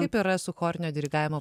kaip yra su chorinio dirigavimo